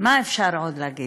מה אפשר עוד להגיד,